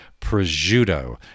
prosciutto